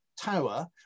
tower